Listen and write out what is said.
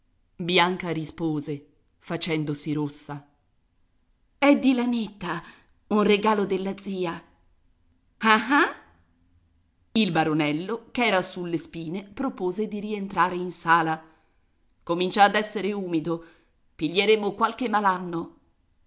bianca rispose facendosi rossa è di lanetta un regalo della zia ah ah il baronello ch'era sulle spine propose di rientrare in sala comincia ad esser umido piglieremo qualche malanno